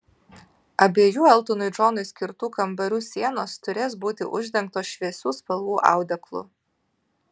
abiejų eltonui džonui skirtų kambarių sienos turės būti uždengtos šviesių spalvų audeklu